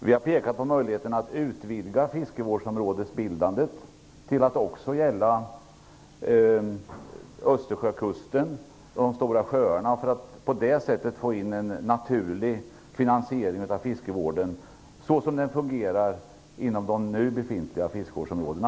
Vi har pekat på möjligheterna att utvidga fiskevårdsområdesbildandet till att också gälla Östersjökusten och de stora sjöarna. På det sättet kan vi få en naturlig finansiering av fiskevården, så som den fungerar inom de nu befintliga fiskevårdsområdena.